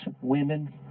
women